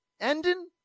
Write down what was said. ending